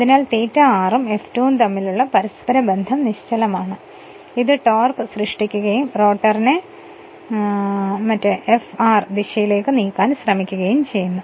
അതിനാൽ∅r ഉം F2 ഉം തമ്മിലുള്ള പരസ്പരബന്ധം നിശ്ചലമാണ് ഇത് ടോർക്ക് സൃഷ്ടിക്കുകയും റോട്ടറിനെ Fr ദിശയിലേക്ക് നീക്കാൻ ശ്രമിക്കുകയും ചെയ്യുന്നു